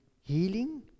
healing